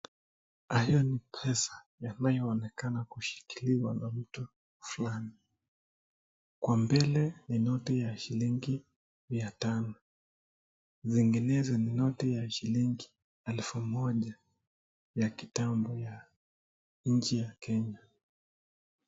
Hayo ni pesa yanayoonekana kushikiliwa na mtu fulani. Kwa mbele ni noti ya shilingi mia tano nyinginezo ni noti ya shilingi efu moja ya kitambo ya nchi ya Kenya.